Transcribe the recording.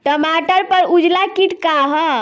टमाटर पर उजला किट का है?